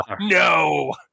No